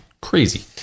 Crazy